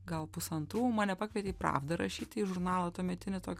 gal pusantrų mane pakvietė į pravda rašyti į žurnalą tuometinį tokį